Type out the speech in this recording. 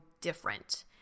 different